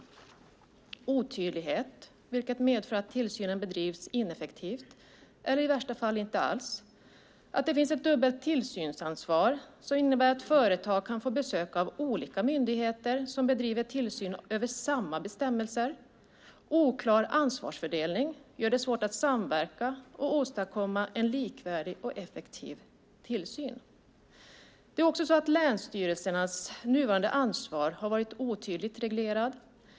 Det finns en otydlighet som medför att tillsynen bedrivs ineffektivt eller i värsta fall inte alls. Vi har ett dubbelt tillsynsansvar vilket innebär att företag kan få besök av olika myndigheter som bedriver tillsyn över samma bestämmelser. Ansvarsfördelningen är oklar vilket gör det svårt att samverka och åstadkomma en likvärdig och effektiv tillsyn. Länsstyrelsernas nuvarande ansvar har varit otydligt reglerat.